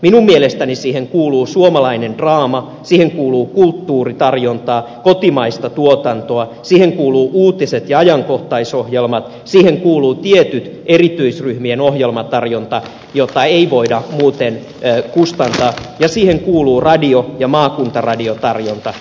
minun mielestäni siihen kuuluu suomalainen draama siihen kuuluu kulttuuritarjontaa kotimaista tuotantoa siihen kuuluvat uutiset ja ajankohtaisohjelmat siihen kuuluu tiettyjen erityisryhmien ohjelmatarjonta jota ei voida muuten kustantaa ja siihen kuuluu radio ja maakuntaradiotarjonta